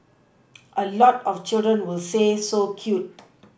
a lot of children will say so cute